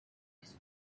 his